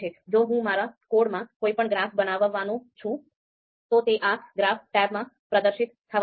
જો હું મારા કોડમાં કોઈપણ ગ્રાફ બનાવવાનું છું તો તે આ ગ્રાફ ટેબમાં પ્રદર્શિત થવાનો છે